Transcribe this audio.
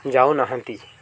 ଯାଉନାହାନ୍ତି